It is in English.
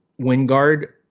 Wingard